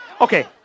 Okay